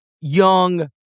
young